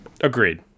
Agreed